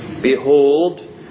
Behold